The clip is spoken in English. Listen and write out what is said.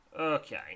Okay